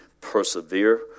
persevere